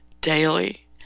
daily